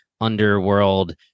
underworld